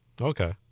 Okay